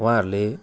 उहाँहरूले